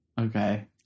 Okay